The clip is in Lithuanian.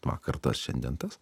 vakar tas šiandien tas